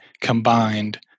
combined